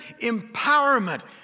empowerment